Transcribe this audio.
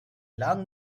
long